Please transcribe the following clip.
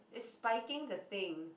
it's spiking the thing